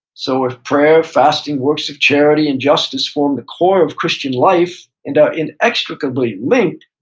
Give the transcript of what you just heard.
so, if prayer, fasting, works of charity, and justice form the core of christian life and are inextricably linked,